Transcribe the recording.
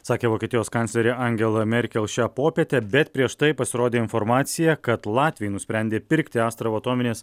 sakė vokietijos kanclerė angela merkel šią popietę bet prieš tai pasirodė informacija kad latviai nusprendė pirkti astravo atominės